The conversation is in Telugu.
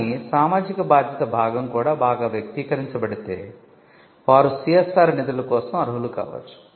కాని సామాజిక బాధ్యత భాగం కూడా బాగా వ్యక్తీకరించబడితే వారు సిఎస్ఆర్ నిధుల కోసం అర్హులు కావచ్చు